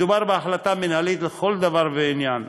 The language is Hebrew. מדובר בהחלטה מינהלית לכל דבר ועניין,